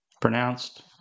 Pronounced